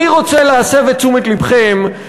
אני רוצה להסב את תשומת לבכם,